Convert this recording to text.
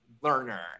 learner